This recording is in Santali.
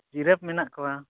ᱡᱤᱨᱟᱯ ᱢᱮᱱᱟᱜ ᱠᱚᱣᱟ